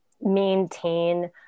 maintain